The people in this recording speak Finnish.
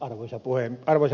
arvoisa puhemies